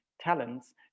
talents